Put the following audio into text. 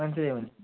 മനസ്സിലായി മനസ്സി